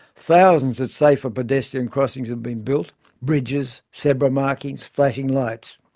thousands of safer pedestrian crossings have been built bridges, zebra markings, flashing lights.